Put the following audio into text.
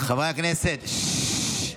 חברי הכנסת, ששש.